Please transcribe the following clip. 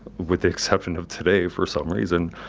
with the exception of today for some reason,